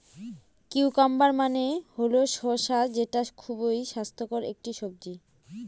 cucumber মানে হল শসা যেটা খুবই স্বাস্থ্যকর একটি সবজি